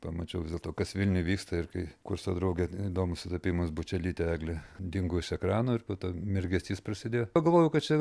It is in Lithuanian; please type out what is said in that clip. pamačiau vis dėlto kas vilniuj vyksta ir kai kurso draugė įdomus sutapimas bučelytė eglė dingo iš ekrano ir po to mirgesys prasidėjo pagalvojau kad čia